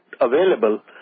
available